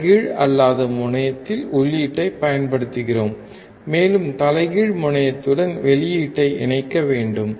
தலைகீழ் அல்லாத முனையத்தில் உள்ளீட்டைப் பயன்படுத்துகிறோம் மேலும் தலைகீழ் முனையத்துடன் வெளியீட்டைக் இணைக்க வேண்டும்